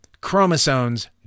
chromosomes